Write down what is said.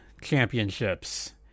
Championships